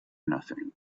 nothing